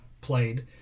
played